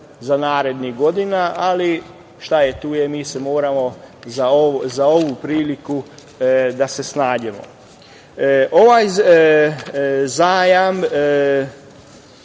narednih godina, ali šta je tu je, mi moramo za ovu priliku da se snađemo. Ovaj zajam